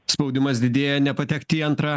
spaudimas didėja nepatekt į antrą